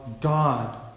God